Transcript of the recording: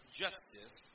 justice